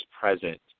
present